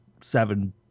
seven